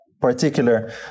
particular